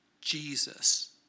Jesus